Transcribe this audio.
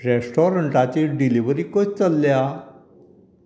रॅस्टोरंटाची delivery कशी चल्ल्या